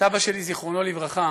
סבא שלי, זיכרונו לברכה,